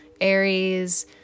Aries